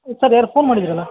sir ಯಾರು phone ಮಾಡಿದ್ರಲ್ಲ